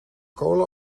cola